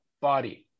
body